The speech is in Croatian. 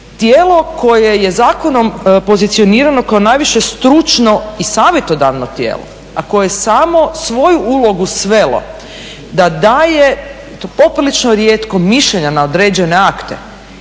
tijelo koje je zakonom pozicionirano kao najviše stručno i savjetodavno tijelo a koje samo svoju ulogu svelo da daje i to poprilično rijetko mišljenje na određene akte